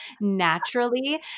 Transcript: naturally